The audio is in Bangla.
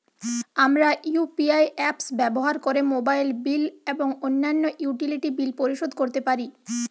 আমরা ইউ.পি.আই অ্যাপস ব্যবহার করে মোবাইল বিল এবং অন্যান্য ইউটিলিটি বিল পরিশোধ করতে পারি